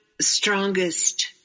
strongest